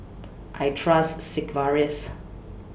I Trust Sigvaris